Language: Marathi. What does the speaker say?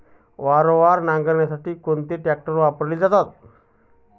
वावर नांगरणीसाठी कोणता ट्रॅक्टर वापरला जातो?